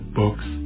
books